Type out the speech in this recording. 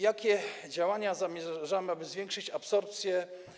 Jakie działania zamierzamy podjąć, aby zwiększyć absorpcję?